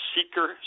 Seeker